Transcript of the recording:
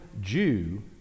Jew